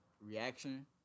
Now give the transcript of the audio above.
reaction